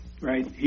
Right